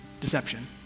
Deception